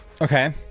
Okay